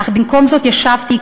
אך במקום זאת ישבתי,